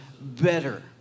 better